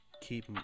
Keep